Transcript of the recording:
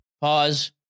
Pause